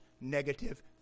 negative